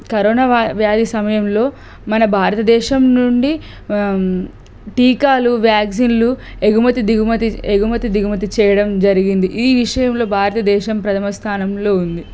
corona వ్యాధి సమయంలో మన భారతదేశం నుండి టీకాలు వ్యాక్సిన్లు ఎగుమతి దిగుమతి ఎగుమతి దిగుమతి చేయడం జరిగింది ఈ విషయంలో భారతదేశం ప్రథమ స్థానంలో ఉంది